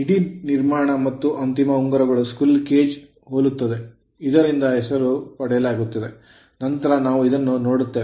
ಇಡೀ ನಿರ್ಮಾಣವು ಬಾರ್ ಗಳು ಮತ್ತು ಅಂತಿಮ ಉಂಗುರಗಳು squirrel cage ಹೋಲುತ್ತದೆ ಇದರಿಂದ ಹೆಸರನ್ನು ಪಡೆಯಲಾಗಿದೆ ನಂತರ ನಾವು ಇದನ್ನು ನೋಡುತ್ತೇವೆ